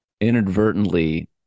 inadvertently